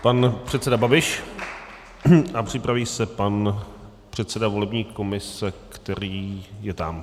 Pan předseda Babiš a připraví se pan předseda volební komise, který je tam.